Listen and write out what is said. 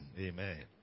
Amen